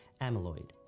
amyloid